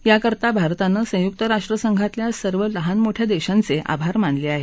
याकरता भारतानं संयुक्त राष्ट्रासंघातल्या सर्व लहान मोठया देशांचे आभार मानले आहेत